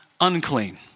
unclean